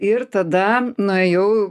ir tada nuėjau